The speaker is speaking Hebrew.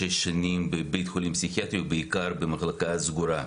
שנים בבית חולים פסיכיאטרי ובעיקר במחלקה הסגורה,